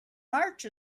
march